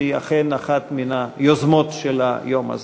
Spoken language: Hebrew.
שהיא אכן אחת מן היוזמות של היום הזה.